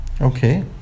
Okay